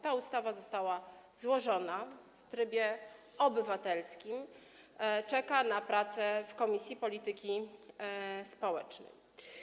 Ta ustawa została złożona w trybie obywatelskim i czeka na pracę w komisji polityki społecznej.